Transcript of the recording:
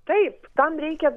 taip tam reikia